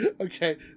okay